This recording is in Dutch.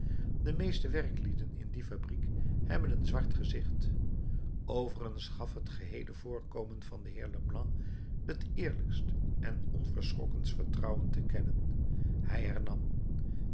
de meeste werklieden in die fabrieken hebben een zwart gezicht overigens gaf het geheele voorkomen van den heer leblanc het eerlijkst en onverschrokkenst vertrouwen te kennen hij hernam